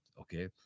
Okay